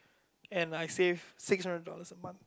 and I save six hundred dollars a month